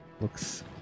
looks